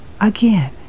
again